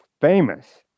famous